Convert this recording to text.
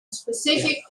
specific